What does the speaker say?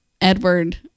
Edward